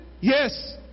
Yes